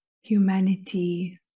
humanity